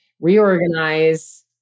reorganize